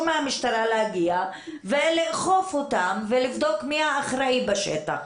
מהמשטרה להגיע ולאכוף אותם ולבדוק מי האחראי בשטח.